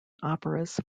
operas